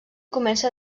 comença